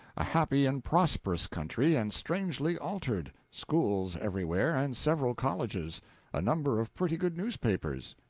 a happy and prosperous country, and strangely altered. schools everywhere, and several colleges a number of pretty good newspapers.